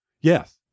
Yes